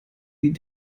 sie